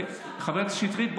חברת הכנסת שטרית,